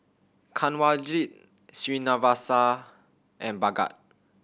Kanwaljit Srinivasa and Bhagat